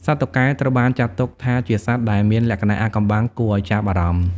សត្វតុកែត្រូវបានគេចាត់ទុកថាជាសត្វដែលមានលក្ខណៈអាថ៌កំបាំងគួរឲ្យចាប់អារម្មណ៍។